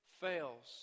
fails